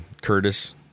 Curtis